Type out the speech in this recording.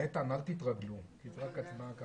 אל תתרגלו כי זה רק הצבעה,